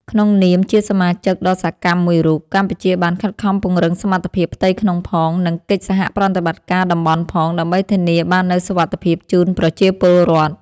ក្នុងនាមជាសមាជិកដ៏សកម្មមួយរូប កម្ពុជាបានខិតខំពង្រឹងសមត្ថភាពផ្ទៃក្នុងផង និងកិច្ចសហប្រតិបត្តិការតំបន់ផង ដើម្បីធានាបាននូវសុវត្ថិភាពជូនប្រជាពលរដ្ឋ។